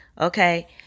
Okay